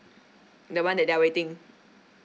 the one that they are waiting